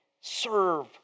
serve